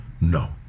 No